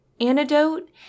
Antidote